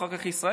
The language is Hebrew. אחר כך ישראל.